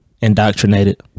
Indoctrinated